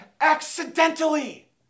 accidentally